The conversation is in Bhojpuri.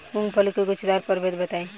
मूँगफली के गूछेदार प्रभेद बताई?